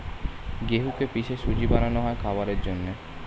গেহুকে পিষে সুজি বানানো হয় খাবারের জন্যে